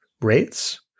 rates